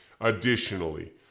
Additionally